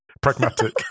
pragmatic